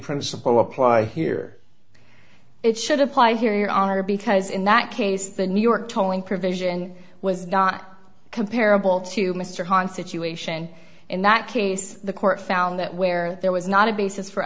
principle apply here it should apply here your honor because in that case the new york tolling provision was not comparable to mr hahn situation in that case the court found that where there was not a basis for